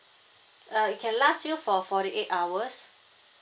uh it can last you for forty eight hours